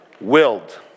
willed